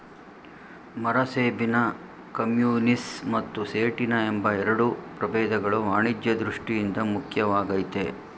ಮರಸೇಬಿನ ಕಮ್ಯುನಿಸ್ ಮತ್ತು ಸೇಟಿನ ಎಂಬ ಎರಡು ಪ್ರಭೇದಗಳು ವಾಣಿಜ್ಯ ದೃಷ್ಠಿಯಿಂದ ಮುಖ್ಯವಾಗಯ್ತೆ